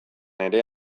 ere